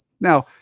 Now